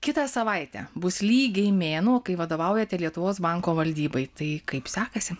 kitą savaitę bus lygiai mėnuo kai vadovaujate lietuvos banko valdybai tai kaip sekasi